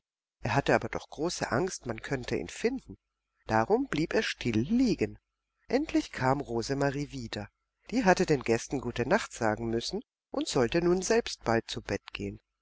er hatte aber doch große angst man könnte ihn finden darum blieb er still liegen endlich kam rosemarie wieder die hatte den gästen gute nacht sagen müssen und sollte nun selbst bald zu bett gehen